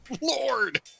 Lord